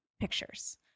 pictures